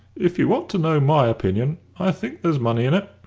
if you want to know my opinion, i think there's money in it.